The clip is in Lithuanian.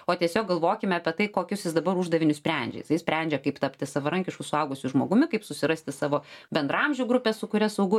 o tiesiog galvokime apie tai kokius jis dabar uždavinius sprendžia jisai sprendžia kaip tapti savarankišku suaugusiu žmogumi kaip susirasti savo bendraamžių grupę su kuria saugu